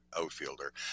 outfielder